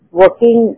working